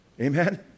Amen